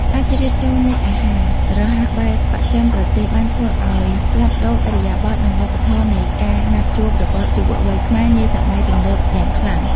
ការជ្រៀតចូលនៃអាហាររហ័សបែបបស្ចិមប្រទេស បានធ្វើឱ្យផ្លាស់ប្ដូរឥរិយាបថ និងវប្បធម៌នៃការណាត់ជួបរបស់យុវវ័យខ្មែរនាសម័យទំនើបយ៉ាងខ្លាំង។